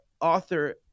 author